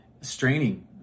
straining